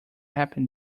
happened